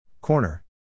Corner